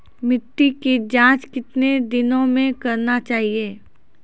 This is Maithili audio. मिट्टी की जाँच कितने दिनों मे करना चाहिए?